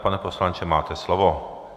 Pane poslanče, máte slovo.